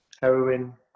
heroin